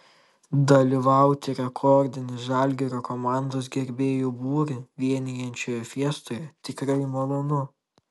dalyvauti rekordinį žalgirio komandos gerbėjų būrį vienijančioje fiestoje tikrai malonu